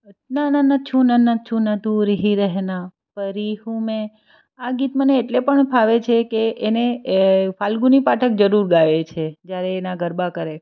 ના ના ના છૂના ના છૂના દૂર હી રહેના પરી હું મેં આ ગીત મને એટલે પણ ફાવે છે કે એને ફાલ્ગુની પાઠક જરૂર ગાય છે જ્યારે એ એના ગરબા કરે